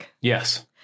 Yes